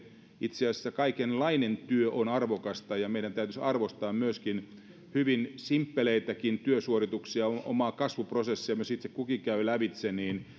itse asiassa kaikenlainen työ on arvokasta ja meidän täytyisi arvostaa myös hyvin simppeleitä työsuorituksia omaa kasvuprosessiaan kun itse kukin käy lävitse